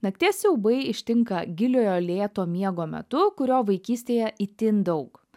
nakties siaubai ištinka giliojo lėto miego metu kurio vaikystėje itin daug